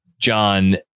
john